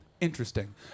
interesting